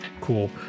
cool